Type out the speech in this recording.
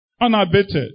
Unabated